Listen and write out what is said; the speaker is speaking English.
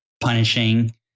punishing